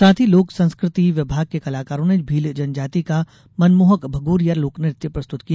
साथ ही लोक संस्कृति विभाग के कलाकारों ने भील जनजाति का मनमोहक भगोरिया लोकनृत्य प्रस्तुत किया